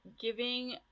giving